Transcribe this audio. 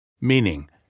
Meaning